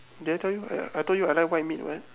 did I tell you I told you I like white meat one